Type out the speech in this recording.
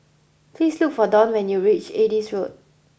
please look for Donn when you reach Adis Road